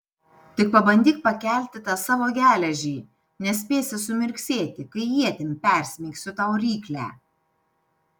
tik pabandyk pakelti tą savo geležį nespėsi sumirksėti kai ietim persmeigsiu tau ryklę